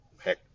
heck